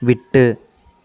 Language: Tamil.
விட்டு